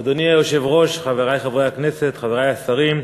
אדוני היושב-ראש, חברי חברי הכנסת, חברי השרים,